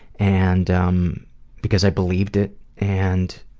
and um because i believed it and